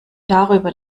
darüber